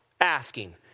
asking